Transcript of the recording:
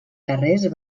carrers